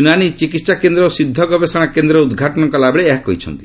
ୟୁନାନି ଚିକିତ୍ସା କେନ୍ଦ୍ର ଓ ସିଦ୍ଧ ଗବେଷଣା କେନ୍ଦ୍ରର ଉଦ୍ଘାଟନ କଲାବେଳେ ଏହା କହିଛନ୍ତି